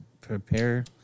prepare